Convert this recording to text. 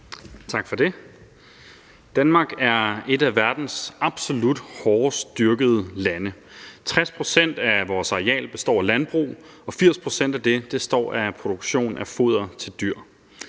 Tak for det. Danmark er et af verdens absolut hårdest dyrkede lande. 60 pct. af vores areal består af landbrug, og 80 pct. af det består af produktion af foder til dyr.